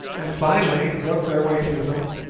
and finally broke their way through them,